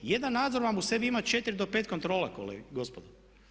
Jedan nadzor vam u sebi ima 4 do 5 kontrola gospodo.